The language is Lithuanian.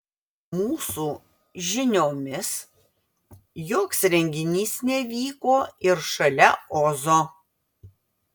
mūsų žiniomis joks renginys nevyko ir šalia ozo